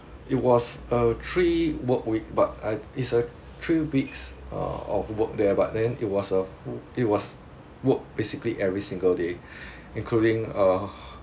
it was a three work week but I is a three weeks uh of work there but then it was a it was work basically every single day including uh